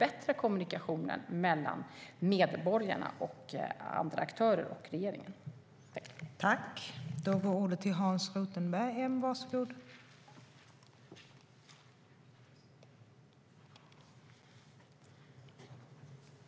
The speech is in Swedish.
Även kommunikationen mellan medborgarna, andra aktörer och regeringen kan förbättras.